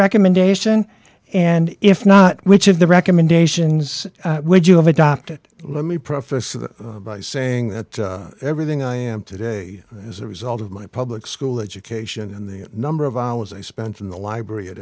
recommendation and if not which of the recommendations would you have adopted let me preface by saying that everything i am today is a result of my public school education and the number of hours i spent in the library at